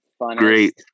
great